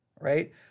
right